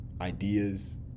ideas